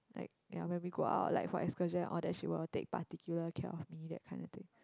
like ya when we go out like for excursion and all that she will take particular care of me that kind of thing